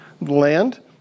land